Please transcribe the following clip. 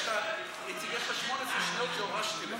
הצעת חוק החברות הממשלתיות (תיקון,